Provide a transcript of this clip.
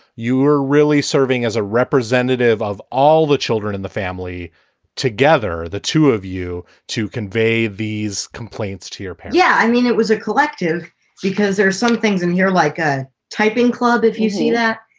you were really serving as a representative of all the children in the family together. the two of you to convey these complaints to your pet? yeah. i mean, it was a collective because there are some things in here like a typing club, if you see that,